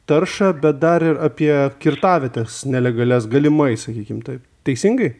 taršą bet dar ir apie kirtavietes nelegalias galimai sakykim taip teisingai